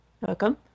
welcome